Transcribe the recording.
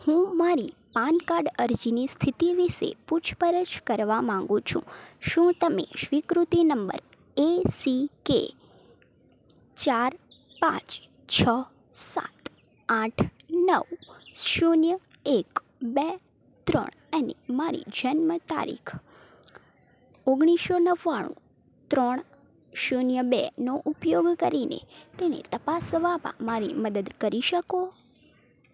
હું માંરી પાનકાર્ડ અરજીની સ્થિતિ વિષે પૂછપરછ કરવા માગું છું શું તમે સ્વીકૃતિ નંબર એ સિ કે ચાર પાંચ છ સાત આઠ નવ શૂન્ય એક બે ત્રણ અને મારી જન્મ તારીખ ઓગણીસો નવ્વાણું ત્રણ શૂન્ય બેનો ઉપયોગ કરીને તેને તપાસવામાં મારી મદદ કરી શકો